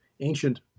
ancient